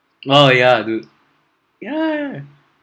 oh yeah dude yeah